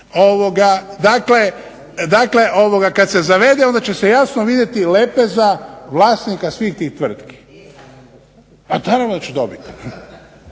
Dakle, kad se zarede onda će se jasno vidjeti lepeza vlasnika svih tih tvrtki. Pa naravno da ću dobiti.